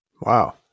wow